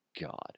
God